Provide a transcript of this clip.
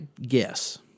guess